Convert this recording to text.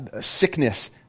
sickness